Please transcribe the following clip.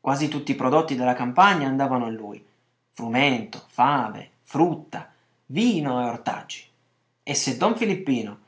quasi tutti i prodotti della campagna andavano a lui frumento fave frutta vino ortaggi e se don filippino